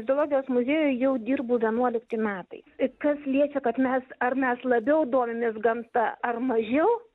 biologijos muziejuj jau dirbu vienuolikti metai kas liečia kad mes ar mes labiau domimės gamta ar mažiau